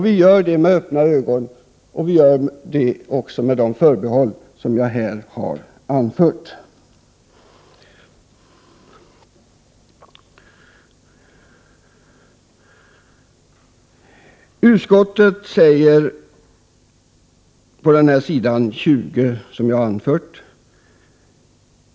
Vi gör det med öppna ögon och med de förbehåll som jag har anfört.